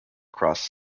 cross